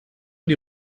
die